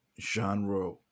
genre